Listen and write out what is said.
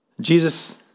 Jesus